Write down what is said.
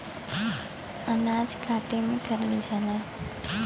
अनाज काटे में करल जाला